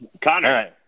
Connor